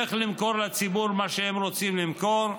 איך למכור לציבור מה שהם רוצים למכור,